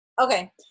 Okay